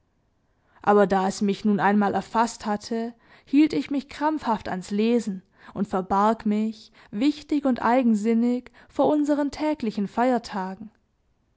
aber da es mich nun einmal erfaßt hatte hielt ich mich krampfhaft ans lesen und verbarg mich wichtig und eigensinnig vor unseren täglichen feiertagen